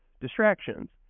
distractions